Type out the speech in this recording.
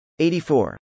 84